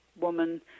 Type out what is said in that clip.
woman